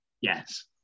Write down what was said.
Yes